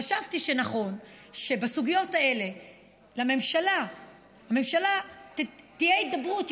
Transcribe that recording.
חשבתי שנכון שבסוגיות האלה לממשלה תהיה הידברות,